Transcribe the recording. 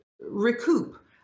recoup